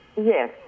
Yes